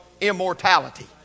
immortality